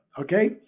Okay